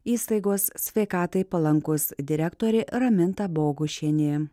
įstaigos sveikatai palankus direktorė raminta bogušienė